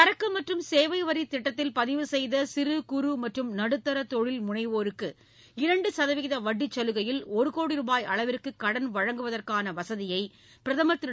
சரக்கு மற்றும் சேவை வரி திட்டத்தில் பதிவு செய்த சிறு குறு மற்றும் நடுத்தா தொழில் முனைவோருக்கு இரண்டு சதவீத வட்டிச் சலுகையில் ஒரு கோடி ரூபாய் அளவிற்கு கடன் வழங்குவதற்கான வசதியை பிரதமர் திரு